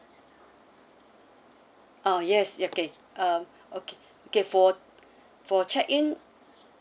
oh yes okay um okay okay for for check in